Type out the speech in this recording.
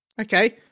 okay